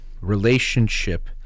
relationship